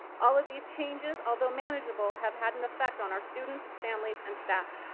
all of these changes although manageable have had an effect on our students, families and staff.